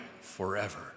forever